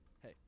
hey